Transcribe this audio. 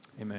Amen